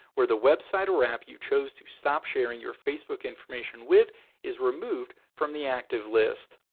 where the website or app you chose to stop sharing your facebook information with is removed from the active list.